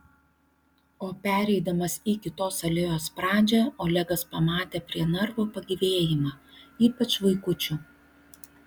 o pereidamas į kitos alėjos pradžią olegas pamatė prie narvo pagyvėjimą ypač vaikučių